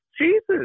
Jesus